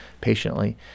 patiently